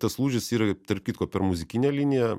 tas lūžis yra tarp kitko per muzikinę liniją